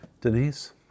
Denise